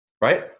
Right